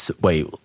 wait